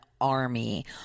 army